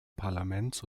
parlaments